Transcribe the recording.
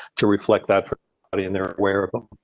to reflect that i mean they're aware of